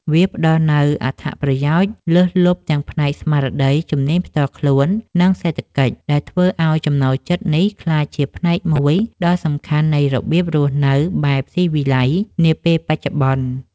វាផ្ដល់នូវអត្ថប្រយោជន៍លើសលប់ទាំងផ្នែកស្មារតី ជំនាញផ្ទាល់ខ្លួន និងសេដ្ឋកិច្ច ដែលធ្វើឱ្យចំណូលចិត្តនេះក្លាយជាផ្នែកមួយដ៏សំខាន់នៃរបៀបរស់នៅបែបស៊ីវិល័យនាពេលបច្ចុប្បន្ន។